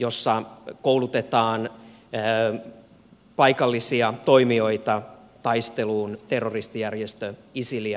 jossa koulutetaan paikallisia toimijoita taisteluun terroristijärjestö isiliä vastaan